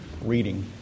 reading